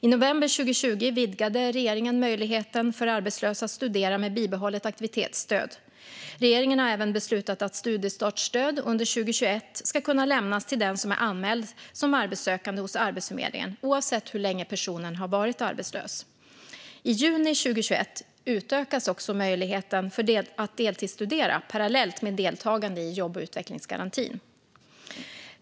I november 2020 vidgade regeringen möjligheten för arbetslösa att studera med bibehållet aktivitetsstöd. Regeringen har även beslutat att studiestartsstöd under 2021 ska kunna lämnas till den som är anmäld som arbetssökande hos Arbetsförmedlingen, oavsett hur länge personen har varit arbetslös. I juni 2021 utökas också möjligheten att deltidsstudera parallellt med deltagande i jobb och utvecklingsgarantin.